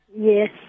Yes